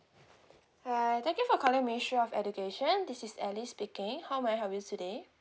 hi thank you for calling ministry of education this is Elly speaking how may I help you today